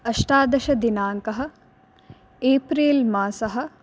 अष्टादशदिनाङ्कः एप्रेल् मासः